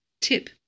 Tip